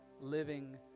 living